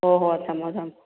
ꯍꯣꯏ ꯍꯣꯏ ꯊꯝꯃꯣ ꯊꯝꯃꯣ